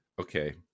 Okay